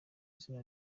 izina